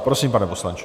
Prosím, pane poslanče.